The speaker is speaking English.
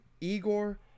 Igor